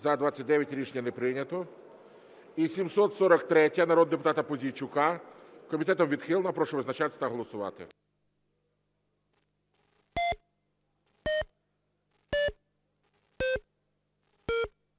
За-29 Рішення не прийнято. І 743-а народного депутата Пузійчука. Комітетом відхилена. Прошу визначатись та голосувати.